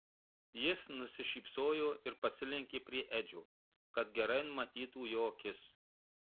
jis nusišypsojo ir pasilenkė prie edžio kad gerai matytų jo akis